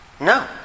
No